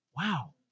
wow